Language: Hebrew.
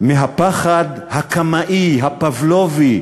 מהפחד הקמאי, הפבלובי,